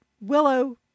Willow